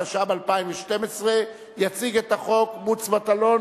התשע"ב 2012. יציג את החוק מוץ מטלון,